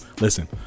Listen